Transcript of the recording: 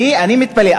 אני מתפלא,